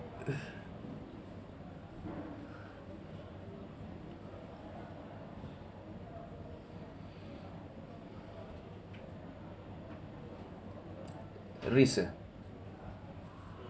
risk ah